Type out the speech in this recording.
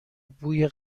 بوی